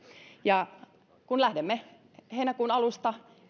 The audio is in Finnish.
ja kun lähdemme heinäkuun alusta